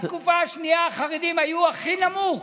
התקופה השנייה, החרדים היו הכי נמוך.